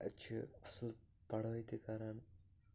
اَتہِ چھ اَصل پڑأے تہِ کران